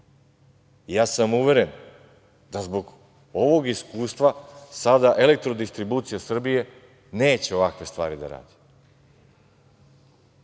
sam da zbog ovog iskustva sada „Elektrodistribucija Srbije“ neće ovakve stvari da radi.